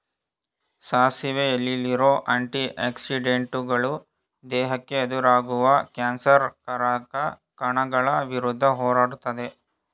ಸಾಸಿವೆ ಎಲೆಲಿರೋ ಆಂಟಿ ಆಕ್ಸಿಡೆಂಟುಗಳು ದೇಹಕ್ಕೆ ಎದುರಾಗುವ ಕ್ಯಾನ್ಸರ್ ಕಾರಕ ಕಣಗಳ ವಿರುದ್ಧ ಹೋರಾಡ್ತದೆ